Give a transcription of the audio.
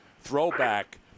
throwback